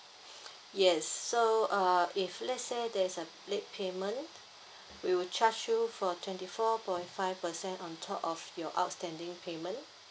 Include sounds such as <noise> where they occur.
<breath> yes so uh if let's say there's a late payment we will charge you for twenty four point five percent on top of your outstanding payment